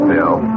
Bill